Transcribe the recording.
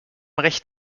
recht